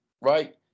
Right